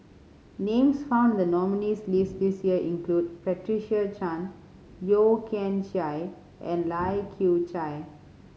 names found in the nominees' list this year include Patricia Chan Yeo Kian Chye and Lai Kew Chai